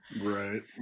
Right